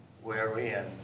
Wherein